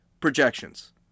projections